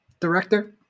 director